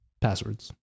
passwords